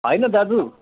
होइन दाजु